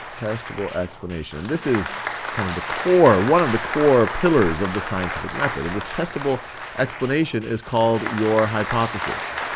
testable explanation, and this is kind of the core, one of the core pillars of the scientific method, and this testable explanation is called your hypothesis.